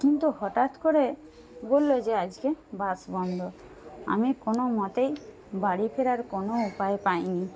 কিন্তু হঠাৎ করে বলল যে আজকে বাস বন্ধ আমি কোনো মতেই বাড়ি ফেরার কোনো উপাই পাই নি